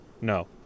No